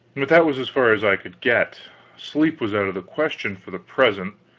but that was as far as i could get sleep was out of the question for the present.